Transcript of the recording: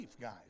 guys